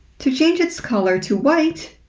to change its color to white,